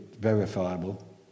verifiable